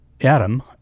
Adam